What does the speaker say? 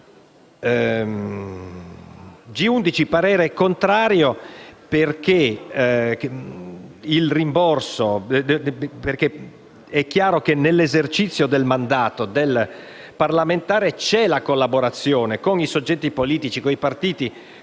G11 il parere è contrario perché è chiaro che nell'esercizio del mandato del parlamentare c'è la collaborazione con i soggetti politici, con i partiti e con